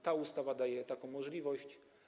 Ta ustawa daje taką możliwość.